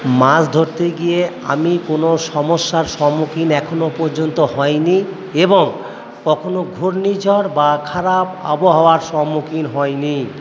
মাছ ধরতে গিয়ে আমি কোনো সমস্যার সম্মুখীন এখনো পর্যন্ত হয়নি এবং কখনো ঘূর্ণিঝড় বা খারাপ আবহাওয়ার সম্মুখীন হয়নি